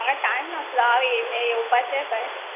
म्हाका टायम नासलो हांव येयलें येवपाचें पळय